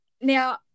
Now